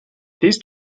these